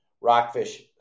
rockfish